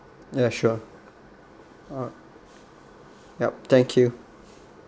yeah sure alright yup thank you